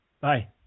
Bye